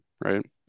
right